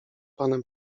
panem